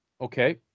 Okay